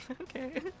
Okay